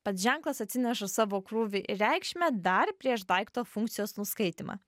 pats ženklas atsineša savo krūvį ir reikšmę dar prieš daikto funkcijos nuskaitymą